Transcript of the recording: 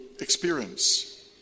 Experience